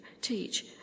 Teach